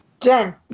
Jen